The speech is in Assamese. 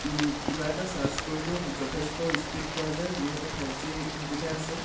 কিবা এটা ছাৰ্চ কৰিলেও যথেষ্ট স্পীড পোৱা যায় যিহেতু ফাইভ জি সুবিধা আছে